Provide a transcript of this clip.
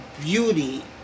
beauty